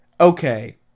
okay